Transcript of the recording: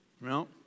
No